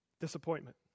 Disappointment